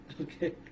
okay